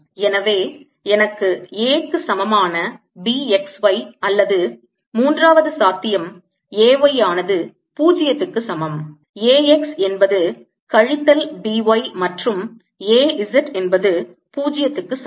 எனவே எனக்கு A க்கு சமமான B x y அல்லது மூன்றாவது சாத்தியம் A y ஆனது 0 க்கு சமம் A x என்பது கழித்தல் B y மற்றும் A z என்பது 0 க்கு சமம்